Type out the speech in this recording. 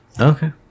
Okay